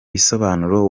bisobanuro